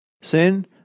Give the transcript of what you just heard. sin